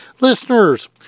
listeners